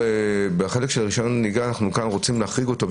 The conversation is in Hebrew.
בחלק של רישיון הנהיגה אנחנו רוצים להחריג אותו.